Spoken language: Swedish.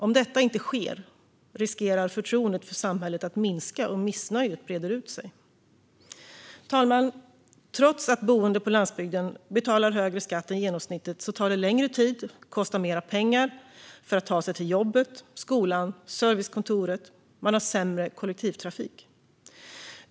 Om detta inte sker riskerar förtroendet för samhället att minska och missnöjet att breda ut sig. Fru talman! Trots att boende på landsbygden betalar högre skatt än genomsnittet tar det längre tid och kostar mer pengar för dem att ta sig till jobbet, skolan och servicekontoret. Man har sämre kollektivtrafik.